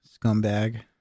scumbag